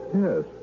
Yes